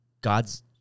God's